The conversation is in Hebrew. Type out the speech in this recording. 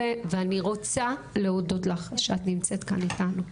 אני רוצה להודות לך שאת נמצאת כאן איתנו.